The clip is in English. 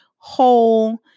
whole